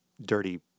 dirty